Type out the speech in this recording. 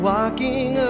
Walking